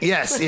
Yes